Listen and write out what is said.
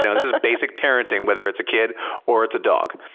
you know this is basic parenting, whether it's a kid or it's a dog.